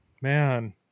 man